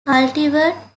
cultivar